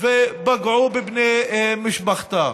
ופגעו בבני משפחתה.